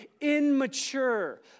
immature